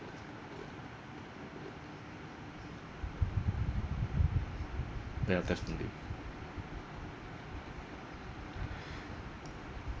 yeah definitely